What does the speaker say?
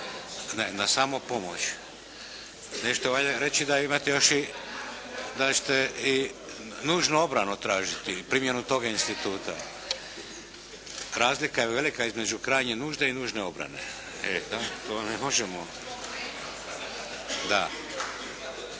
Ne na samopomoć. Nešto valja reći da imate još i, da ćete i nužnu obranu tražiti i primjenu toga instituta. …/Upadica se ne čuje./… Razlika je velika između krajnje nužde i nužne obrane. E da, to ne možemo.